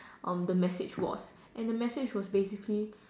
the message was and the message was basically